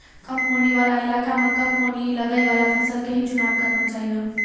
कम पानी वाला इलाका मॅ कम पानी लगैवाला फसल के हीं चुनाव करना चाहियो